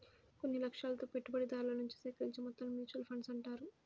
కొన్ని లక్ష్యాలతో పెట్టుబడిదారుల నుంచి సేకరించిన మొత్తాలను మ్యూచువల్ ఫండ్స్ అంటారు